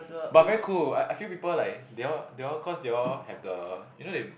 but very cool I feel people like they all they all cause they all have the you know they